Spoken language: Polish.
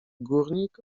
górnik